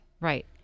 right